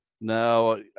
no